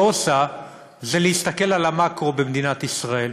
עושה זה להסתכל על המקרו במדינת ישראל.